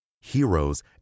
heroes